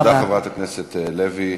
תודה, חברת הכנסת לוי.